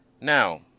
now